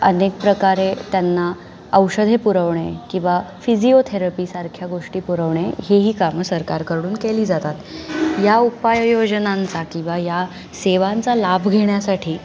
अनेक प्रकारे त्यांना औषधे पुरवणे किंवा फिजिओथेरपीसारख्या गोष्टी पुरवणे हेही कामं सरकारकडून केली जातात ह्या उपाययोजनांचा किंवा या सेवांचा लाभ घेण्यासाठी